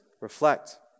reflect